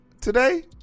today